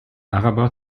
araber